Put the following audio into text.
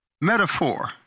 metaphor